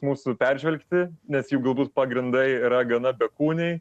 mūsų peržvelgti nes jų galbūt pagrindai yra gana bekūniai